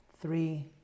three